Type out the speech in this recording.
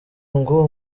ngo